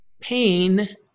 pain